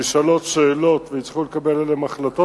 נשאלות שאלות וצריך לקבל עליהן החלטות,